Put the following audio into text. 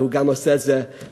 והוא גם עושה את זה בשליחות.